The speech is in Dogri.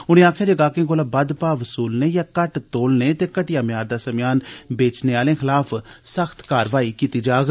उनें आक्खेआ जे ग्राहकें कोला बद्द भाह बसूलने या घट्ट तोलने ते घटिया मयार दा समेयान बेचने आले खलाफ सख्त कारवाई कीती जाग